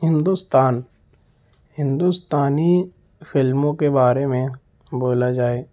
ہندوستان ہندوستانی فلموں کے بارے میں بولا جائے